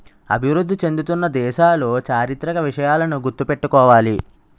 అభివృద్ధి చెందుతున్న దేశాలు చారిత్రక విషయాలను గుర్తు పెట్టుకోవాలి